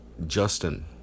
Justin